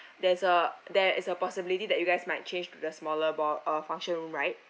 there's uh there is a possibility that you guys might change to the smaller ball uh function room right